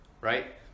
Right